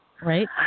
right